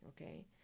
okay